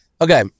Okay